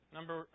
Number